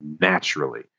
naturally